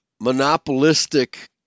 monopolistic